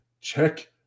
Check